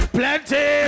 plenty